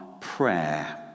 prayer